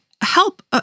help